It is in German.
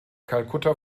kalkutta